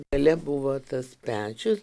gale buvo tas pečius